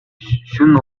шөнө